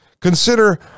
Consider